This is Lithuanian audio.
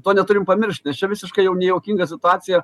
to neturim pamiršt nes čia visiškai jau nejuokinga situacija